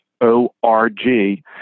O-R-G